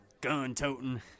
gun-toting